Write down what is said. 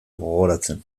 gogoratzen